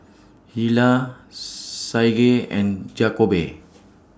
Hilah Saige and Jakobe